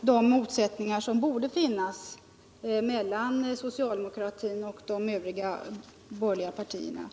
de motsättningar som borde finnas mellan socialdemokratin och de borgerliga partierna.